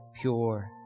pure